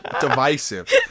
Divisive